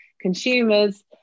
consumers